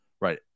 right